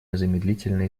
незамедлительно